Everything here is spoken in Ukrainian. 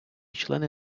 члени